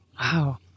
Wow